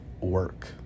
work